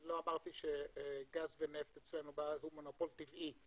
לא אמרתי שגז ונפט אצלנו בארץ הוא מונופול טבעי,